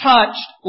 Touched